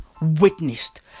witnessed